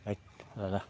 ऐद जाला